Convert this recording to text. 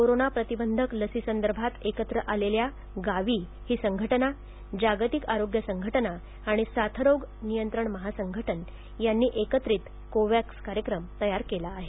corona प्रतिबंधक लसीसंदर्भात एकत्र आलेल्या गावी ही संघटना जागतिक आरोग्य संघटना आणि साथरोग नियंत्रण महागठबंधन यांनी एकत्रित कोव्हॅक्स कार्यक्रम तयार केला आहे